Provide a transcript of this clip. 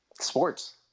sports